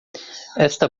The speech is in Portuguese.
esta